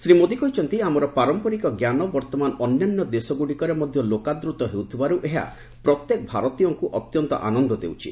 ଶ୍ରୀ ମୋଦି କହିଛନ୍ତି ଆମର ପାରମ୍ପରିକ ଜ୍ଞାନ ବର୍ତ୍ତମାନ ଅନ୍ୟାନ୍ୟ ଦେଶଗୁଡ଼ିକରେ ମଧ୍ୟ ଲୋକାଦୂତ ହେଉଥିବାରୁ ଏହା ପ୍ରତ୍ୟେକ ଭାରତୀୟଙ୍କୁ ଅତ୍ୟନ୍ତ ଆନନ୍ଦ ଦେଉଛି